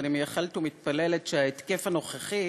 ואני מייחלת ומתפללת שההתקף הנוכחי